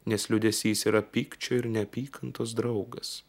nes liūdesys yra pykčio ir neapykantos draugas